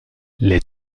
les